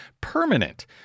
permanent